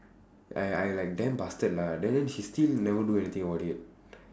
I I like damn bastard lah then then she still never do anything about it